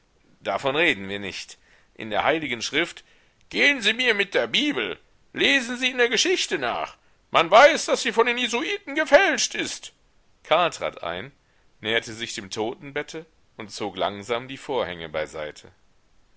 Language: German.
davon reden wir nicht in der heiligen schrift gehen sie mir mit der bibel lesen sie in der geschichte nach man weiß daß sie von den jesuiten gefälscht ist karl trat ein näherte sich dem totenbette und zog langsam die vorhänge beiseite